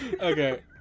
Okay